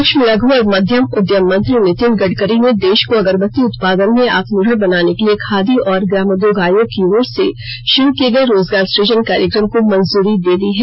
सूक्ष्म लघु और मध्यम उद्यम मंत्री नितिन गडकरी ने देश को अगरबत्ती उत्पादन में आत्मनिर्भर बनाने के लिए खादी और गामोद्योग आयोग की ओर से शुरू किए गए रोजगार सुजन कार्यक्रम को मंजूरी दे दी है